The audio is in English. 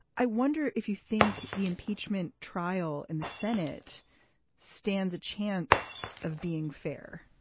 i wonder if you think the impeachment trial in the senate stands a chance of being fair?